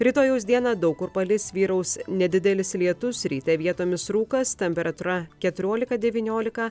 rytojaus dieną daug kur palis vyraus nedidelis lietus ryte vietomis rūkas temperatūra keturiolika devyniolika